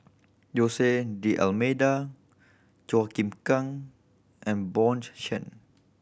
Jose D'Almeida Chua Chim Kang and Bjorn Shen